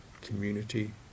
community